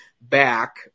back